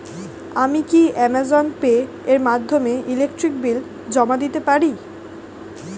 আমি কি Amazon Pay এর মাধ্যমে ইলেকট্রিক বিল জমা দিতে পারি?